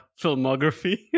filmography